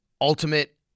ultimate